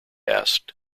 asked